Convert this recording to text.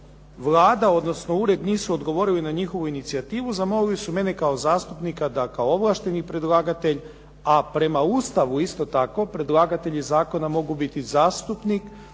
Vlada odnosno ured nisu odgovorili na njihovu inicijativu, zamolili su mene kao zastupnika da kao ovlašteni predlagatelj a prema Ustavu isto tako predlagatelji zakona mogu biti zastupnik,